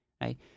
right